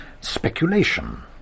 speculation